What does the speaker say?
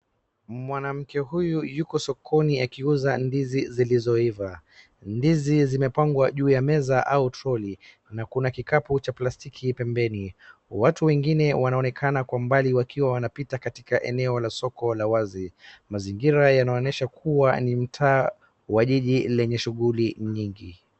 Mwanamke huyu yuko sokoni akiuza ndizi zilizoiva. Ndizi zimepangwa juu ya meza au troli na kuna kikapu cha plastiki pembeni. Watu wengine wanaonekana kwa mbali wakiwa wanapita katika eneo la soko la wazi. Mazingira yanaonesha kuwa ni mtaa wa jiji lenye shughuli nyingi.